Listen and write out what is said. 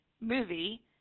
movie